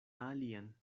alian